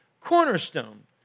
cornerstone